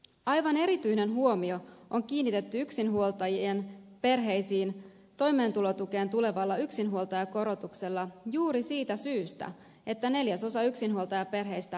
aivan erityinen huomio on kiinnitetty yksinhuoltajien perheisiin toimeentulotukeen tulevalla yksinhuoltajakorotuksella juuri siitä syystä että neljäsosa yksinhuoltajaperheistä elää toimeentulotuella